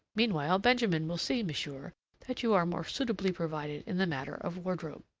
meanwhile, benjamin will see, monsieur, that you are more suitably provided in the matter of wardrobe.